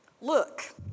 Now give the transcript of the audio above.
Look